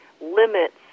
limits